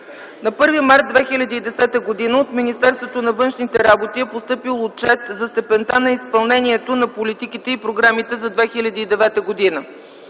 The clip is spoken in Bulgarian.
На 1 март 2010 г. от Министерството на външните работи е постъпил Отчет за степента на изпълнението на политиките и програмите за 2009 г.